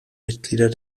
mitglieder